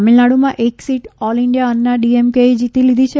તામિલનાડુમાં એક seat all India Anna ડિએમકેએ જીતી લીધી છે